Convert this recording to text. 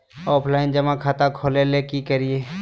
Offline जमा खाता खोले ले की करिए?